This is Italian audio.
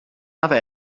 nave